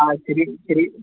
हा थ्री श्री